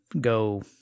go